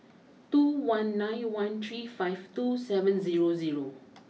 two one nine one three five two seven zero zero